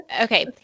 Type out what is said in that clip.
Okay